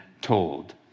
told